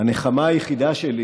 הנחמה היחידה שלי